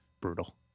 Brutal